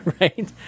right